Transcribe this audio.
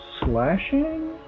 slashing